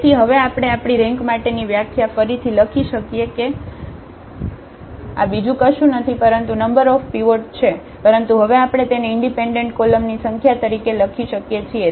તેથી હવે આપણે આપણી રેંક માટેની વ્યાખ્યા ફરીથી લખી શકીએ કે આ બીજું કશું નથી પરંતુ નંબર ઓફ પીવોટ છે પરંતુ હવે આપણે તેને ઇન્ડિપેન્ડન્ટ કોલમની સંખ્યા તરીકે લખી શકીએ છીએ